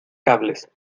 cables